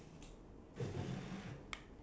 uh normal item